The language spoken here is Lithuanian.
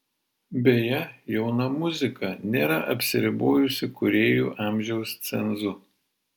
beje jauna muzika nėra apsiribojusi kūrėjų amžiaus cenzu